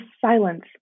silence